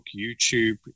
YouTube